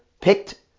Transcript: picked